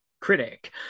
critic